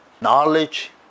knowledge